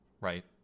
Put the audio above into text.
Right